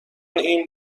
این